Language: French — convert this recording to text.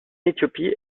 éthiopie